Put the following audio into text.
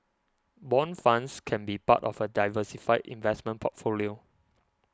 bond funds can be part of a diversified investment portfolio